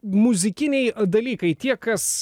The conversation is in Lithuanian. muzikiniai dalykai tie kas